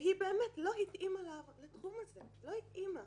והיא באמת לא התאימה לתחום הזה, לא התאימה.